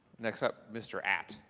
next up, mr. at,